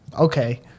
Okay